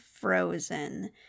frozen